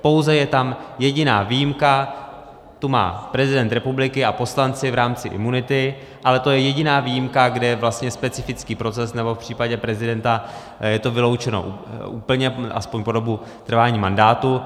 Pouze je tam jediná výjimka, tu má prezident republiky a poslanci v rámci imunity, ale to je jediná výjimka, kde je vlastně specifický proces, nebo v případě prezidenta je to vyloučeno úplně, aspoň po dobu trvání mandátu.